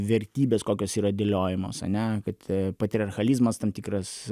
vertybės kokios yra dėliojamos ane kad patriarchalizmas tam tikras